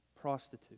prostitute